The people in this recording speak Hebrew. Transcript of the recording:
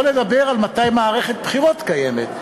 שלא לדבר על מתי מערכת בחירות קיימת.